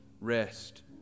rest